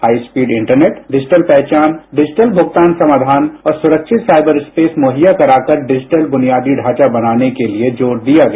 high speed internet digital पहचान digital भुगतान समाधान और सुरक्षित साइबर स्पेस मुहैया कराकर डिजिटल बुनियादी ढांचा बनाने के लिए जोर दिया गया